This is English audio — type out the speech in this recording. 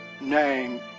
name